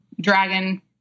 dragon